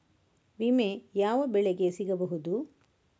ವಿಮೆ ಯಾವ ಬೆಳೆಗೆ ಸಿಗಬಹುದು?